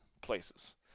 places